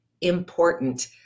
important